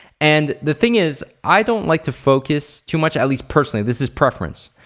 and the thing is i don't like to focus too much at least personally, this is preference,